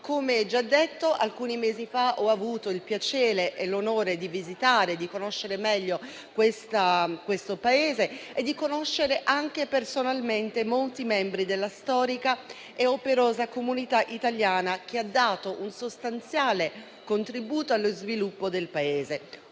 Come già detto, alcuni mesi fa ho avuto il piacere e l’onore di visitare e conoscere meglio questo Paese e personalmente molti membri della storica e operosa comunità italiana che ha dato un sostanziale contributo allo sviluppo del Paese,